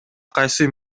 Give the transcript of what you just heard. кайсы